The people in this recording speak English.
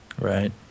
Right